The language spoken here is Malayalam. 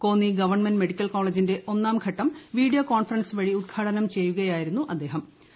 കോന്നി ഗവൺമെന്റ് മെഡിക്കൽ കോളേജിന്റെ ഒന്നാംഘട്ടം വീഡിയോ കോൺഫറൻസിംഗ് വഴി ഉദ്ഘാടനം ചെയ്യുകയായിരുന്നു മുഖ്യമന്ത്രി